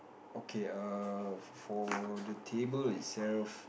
okay err for the table itself